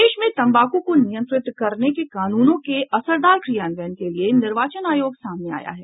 देश में तम्बाकू को नियंत्रित करने के कानूनों के असरदार क्रियान्वयन के लिए निर्वाचन आयोग सामने आया है